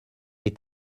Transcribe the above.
est